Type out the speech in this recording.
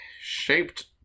shaped